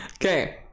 Okay